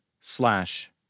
slash